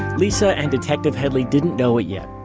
lisa and detective headley didn't know it yet,